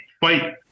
fight